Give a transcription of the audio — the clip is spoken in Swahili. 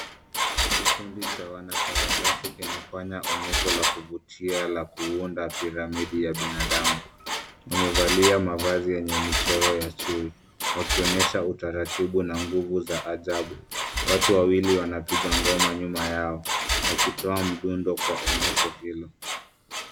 Kikundi chaki wanasarakasi kinafanya onyesho la kuvutia la kuunda Piramidi ya binadamu. Na amevalia mavazi ya yenye michoro ya chui wakionyesha utaratibu na nguva za ajabu. Watu wawili wanapiga ngoma nyuma yao wakitoa mdundo kuwaonyesho hilo.